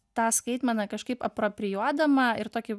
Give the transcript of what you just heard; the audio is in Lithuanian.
tą skaitmeną kažkaip apropriduodama ir tokį